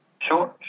Sure